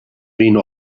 wyn